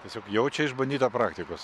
tiesiog jau čia išbandyta praktikos